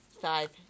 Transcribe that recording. five